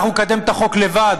אנחנו נקדם את החוק לבד,